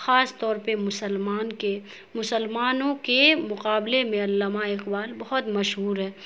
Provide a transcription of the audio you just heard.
خاص طور پہ مسلمان کے مسلمانوں کے مقابلے میں علامہ اقبال بہت مشہور ہے